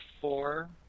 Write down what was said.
four